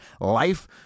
life